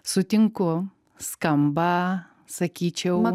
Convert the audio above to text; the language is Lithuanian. sutinku skamba sakyčiau